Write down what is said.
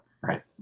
Right